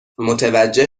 متوجه